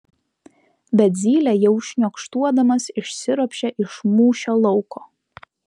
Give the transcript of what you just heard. bet zylė jau šniokštuodamas išsiropščia iš mūšio lauko